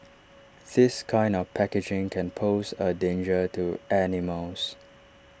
this kind of packaging can pose A danger to animals